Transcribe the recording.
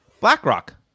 blackrock